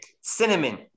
cinnamon